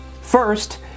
first